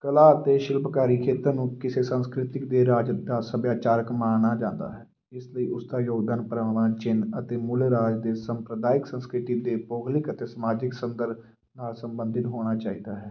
ਕਲਾ ਅਤੇ ਸ਼ਿਲਪਕਾਰੀ ਖੇਤਰ ਨੂੰ ਕਿਸੇ ਸੰਸਕ੍ਰਿਤਿਕ ਦੇ ਰਾਜ ਦਾ ਸੱਭਿਆਚਾਰਕ ਮਾਨਾ ਜਾਂਦਾ ਹੈ ਇਸ ਲਈ ਉਸਦਾ ਯੋਗਦਾਨ ਪਰਾਵਾਂ ਚਿੰਨ੍ਹ ਅਤੇ ਮੂਲ ਰਾਜ ਦੇ ਸੰਪਰਦਾਇਕ ਸੰਸਕ੍ਰਿਤੀ ਦੇ ਭੂਗੋਲਿਕ ਅਤੇ ਸਮਾਜਿਕ ਨਾਲ ਸੰਬੰਧਿਤ ਹੋਣਾ ਚਾਹੀਦਾ ਹੈ